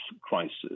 crisis